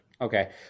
Okay